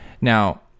Now